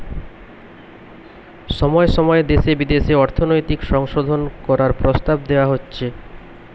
সময় সময় দেশে বিদেশে অর্থনৈতিক সংশোধন করার প্রস্তাব দেওয়া হচ্ছে